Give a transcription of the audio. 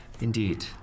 Indeed